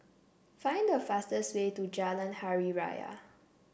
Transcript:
find the fastest way to Jalan Hari Raya